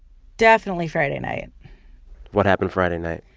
definitely friday night what happened friday night?